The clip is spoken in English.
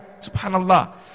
Subhanallah